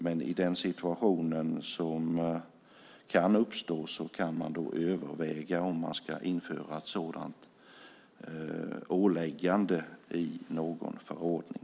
Men i den situation som kan uppstå kan man överväga om ett sådant åläggande ska införas i någon förordning.